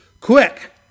Quick